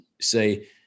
say